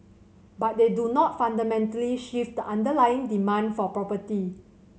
but they do not fundamentally shift the underlying demand for property